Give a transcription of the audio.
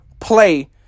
play